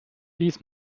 dies